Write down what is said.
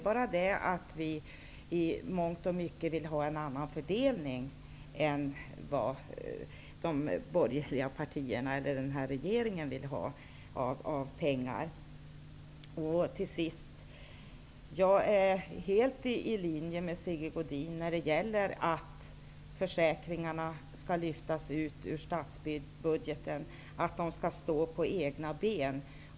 Men vi vill i mångt och mycket ha en annan fördelning än vad de borgerliga partierna och denna regering vill ha. Jag är helt överens med Sigge Godin om att försäkringarna skall lyftas ut ur statsbudgeten och att de skall stå på egna ben.